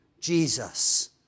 Jesus